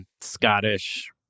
Scottish